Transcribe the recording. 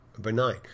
benign